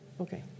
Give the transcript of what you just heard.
Okay